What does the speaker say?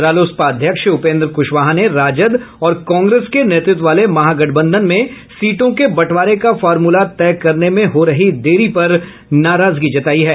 रालोसपा अध्यक्ष उपेंद्र कुशवाहा ने राजद और कांग्रेस के नेतृत्व वाले महागठबंधन में सीटों के बटंवारे का फार्मूला तय करने में हो रही देर पर नाराजगी जतायी है